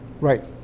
Right